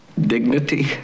dignity